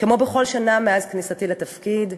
כמו בכל שנה מאז כניסתי לתפקיד,